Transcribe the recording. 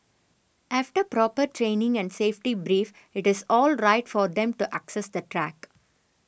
after proper training and safety brief it is all right for them to access the track